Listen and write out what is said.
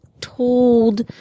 told